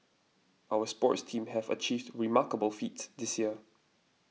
our sports teams have achieved remarkable feats this year